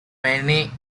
many